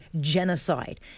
genocide